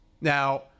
Now